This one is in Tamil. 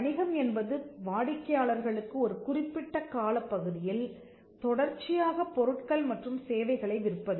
வணிகம் என்பது வாடிக்கையாளர்களுக்கு ஒரு குறிப்பிட்ட காலப்பகுதியில் தொடர்ச்சியாக பொருட்கள் மற்றும் சேவைகளை விற்பது